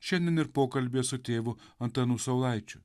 šiandien ir pokalbyje su tėvu antanu saulaičiu